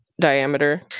diameter